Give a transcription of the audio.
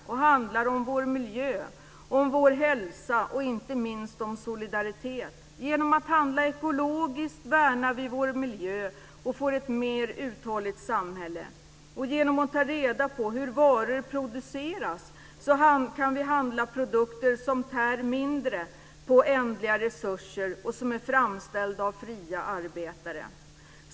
De handlar om vår miljö, om vår hälsa och inte minst om solidaritet. Genom att handla ekologiskt värnar vi vår miljö och får ett mer uthålligt samhälle. Genom att ta reda på hur varor produceras kan vi handla produkter som tär mindre på ändliga resurser och som är framställda av fria arbetare.